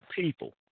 people